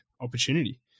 opportunity